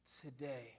today